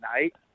night